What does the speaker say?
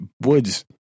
woods